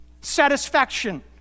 satisfaction